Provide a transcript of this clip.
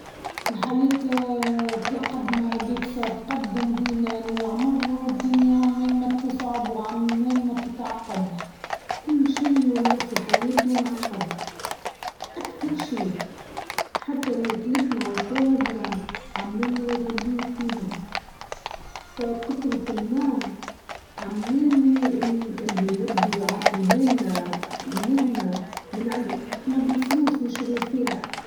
الحياة تقدم بنا العمر والدنيا عمال ما تصعب وعمال ما تتعقد كل شيء مولى في حياتنا معقد أكثر شيء حتى ما يكلتنا واشرابنا عمال ما يغليوا فيهم قطرة الماء عمال مااا إلي ربي عاطيهالنا نعمة من عنده احنا بالفلوس نشيرو فيها.